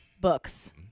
books